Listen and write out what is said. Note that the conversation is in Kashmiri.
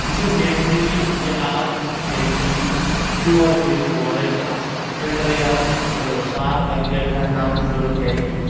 یہِ چھُ نیچرلی یہِ آب چھُ آسان نیچرلی پیٚور کٔرِتھ اورے تہٕ اَتھ چھُنہٕ فِلٹر یا صاف کَرنٕچ یا گریٚکناونٕچ ضرورَت گرِ کِہیٖنۍ